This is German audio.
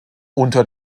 unter